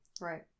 Right